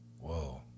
Whoa